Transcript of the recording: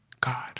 God